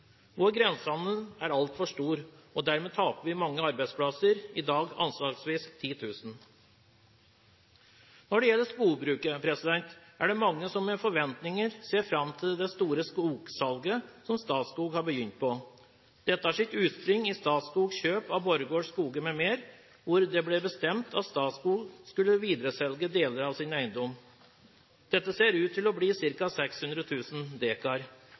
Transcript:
Vår grensehandel er altfor stor, og dermed taper vi mange arbeidsplasser, i dag anslagsvis 10 000. Når det gjelder skogbruket, er det mange som med forventninger ser fram til det store skogsalget som Statskog har begynt på. Dette har sitt utspring i Statskogs kjøp av Borregaards skoger m.m., hvor det ble bestemt at Statskog skulle videreselge deler av sin eiendom. Dette ser ut til å bli